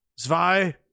Zwei